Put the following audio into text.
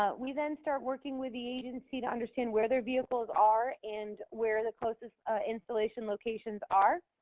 ah we then start working with the agency to understand where their vehicles are and where the closest installation locations are.